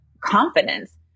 confidence